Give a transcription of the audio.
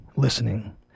listening